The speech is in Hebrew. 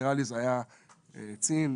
זה היה צין,